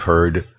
heard